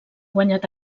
guanyat